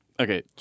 Okay